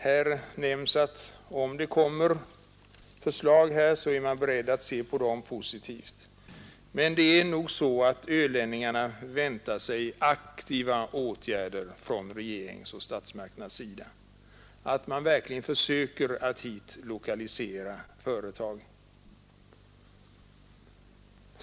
Här nämns att om det kommer fram förslag om lokalisering till Öland är man beredd att se positivt på dem, men ölänningarna väntar sig direkt aktiva åtgärder av regeringen och statsmakterna i övrigt. Man förväntar sig att vederbörande verkligen aktivt medverkar till att lokalisera företag till ön.